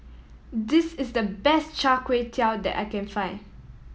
this is the best Char Kway Teow that I can find